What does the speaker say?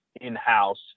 in-house